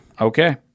Okay